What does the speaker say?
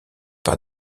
par